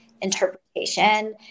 interpretation